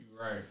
Right